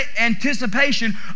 anticipation